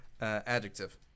Adjective